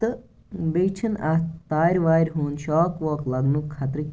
تہٕ بیٚیہِ چھِنہٕ اَتھ تارِ وارِ ہُنٛد شواق واق لَگنُک خطرٕ کیٚنٛہہ